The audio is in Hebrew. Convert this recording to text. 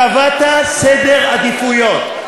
קבעת סדר עדיפויות.